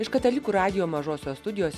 iš katalikų radijo mažosios studijos